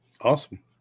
Awesome